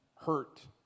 hurt